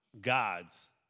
God's